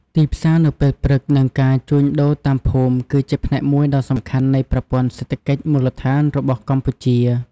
ទីផ្សារនៅពេលព្រឹក និងការជួញដូរតាមភូមិគឺជាផ្នែកមួយដ៏សំខាន់នៃប្រព័ន្ធសេដ្ឋកិច្ចមូលដ្ឋានរបស់កម្ពុជា។